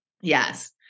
Yes